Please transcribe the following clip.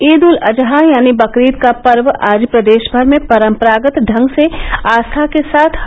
ईद उल अजहा यानी बकरीद का पर्व आज प्रदेश भर में परम्परागत ढंग से आस्था के साथ है